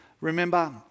Remember